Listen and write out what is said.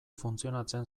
funtzionatzen